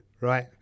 right